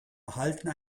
erhalten